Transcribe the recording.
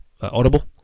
audible